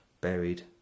buried